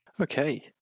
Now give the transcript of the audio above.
Okay